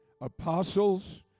Apostles